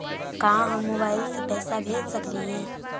का हम मोबाईल से पैसा भेज सकली हे?